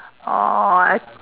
oh I